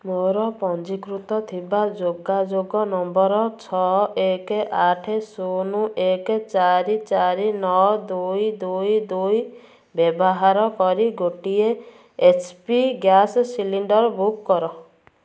ମୋର ପଞ୍ଜୀକୃତ ଥିବା ଯୋଗାଯୋଗ ନମ୍ବର ଛଅ ଏକ ଆଠ ଶୂନ ଏକ ଚାରି ଚାରି ନଅ ଦୁଇ ଦୁଇ ଦୁଇ ବ୍ୟବାହାର କରି ଗୋଟିଏ H P gas cylinder book କର